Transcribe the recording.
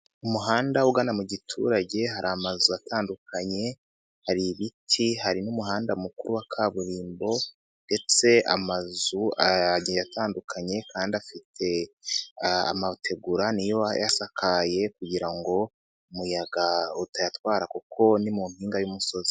Umuhanda ugana mu giturage, hari amazu atandukanye, hari ibiti, hari n'umuhanda mukuru wa kaburimbo, ndetse amazu agiye atandukanye kandi afite amategura niyo ayasakaye kugira ngo umuyaga utayatwara kuko ni mu mpinga y'umusozi.